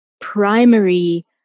primary